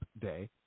Day